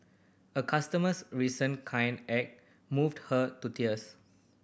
a customer's recent kind act moved her to tears